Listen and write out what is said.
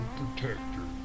protector